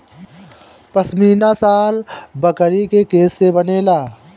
पश्मीना शाल बकरी के केश से बनेला